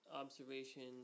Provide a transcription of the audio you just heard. observations